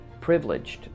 privileged